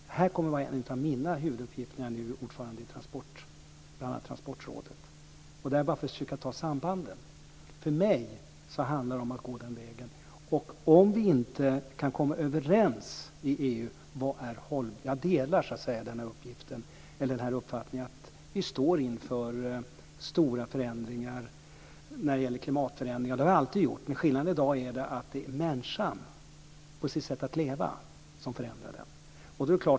Det här kommer att vara en av mina huvuduppgifter när jag nu är ordförande i bl.a. transportrådet. Jag säger detta bara för att visa sambanden. För mig handlar det om att gå den vägen. Jag delar uppfattningen att vi står inför stora klimatförändringar. Det har jag alltid gjort. Skillnaden är att det i dag är människan, med sitt sätt att leva, som förändrar.